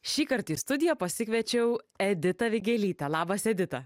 šįkart į studiją pasikviečiau editą vigelytė labas edita